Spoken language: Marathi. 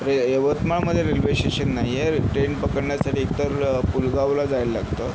यवतमाळ मध्ये रेल्वे स्टेशन नाही आहे ट्रेन पकडण्यासाठी एक तर पुलगावला जायला लागतं